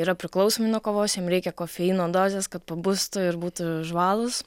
yra priklausomi nuo kavos jiem reikia kofeino dozės kad pabustų ir būtų žvalūs